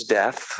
death